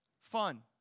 fun